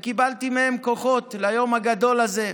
וקיבלתי מהם כוחות ליום הגדול הזה.